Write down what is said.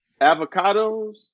avocados